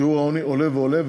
שיעור העוני עולה ועולה,